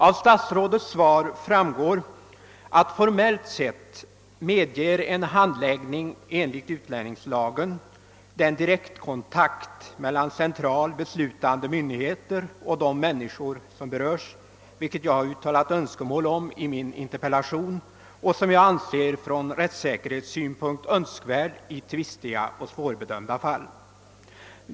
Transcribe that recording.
Av statsrådets svar framgår att en handläggning formellt sett enligt utlänningslagen medger den direktkontakt mellan centralt beslutande myndigheter och de människor som berörs, vilket jag uttalat önskemål om i min interpellation och som jag anser ur rättssäkerhetssynpunkt önskvärt i tvistiga och svårbedömbara fall.